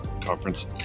conference